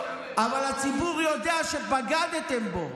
אבל הציבור יודע שבגדתם בו.